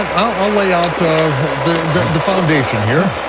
and i'll lay out ah the the foundation here.